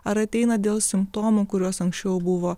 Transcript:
ar ateina dėl simptomų kuriuos anksčiau buvo